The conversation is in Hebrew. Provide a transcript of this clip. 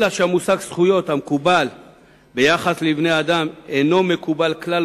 אלא שהמושג זכויות המקובל ביחס לבני-אדם אינו מקובל כלל